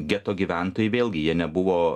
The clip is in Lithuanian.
geto gyventojai vėlgi jie nebuvo